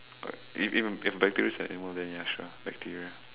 if if if bacteria is an animal then ya sure bacteria